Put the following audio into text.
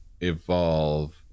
evolve